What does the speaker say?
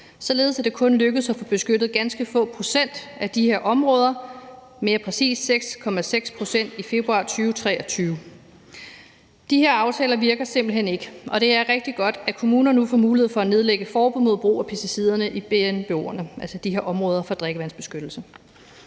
Således er det kun lykkedes at få beskyttet ganske få procent af de her områder, mere præcist 6,6 pct. i februar 2023. De her aftaler virker simpelt hen ikke, og det er rigtig godt, at kommuner nu får mulighed for at nedlægge forbud mod brug af pesticider i BNBO'erne, altså de her områder for drikkevandsbeskyttelse.